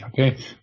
okay